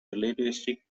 relativistic